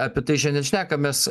apie tai šiandien šnekamės